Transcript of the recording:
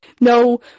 no